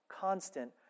constant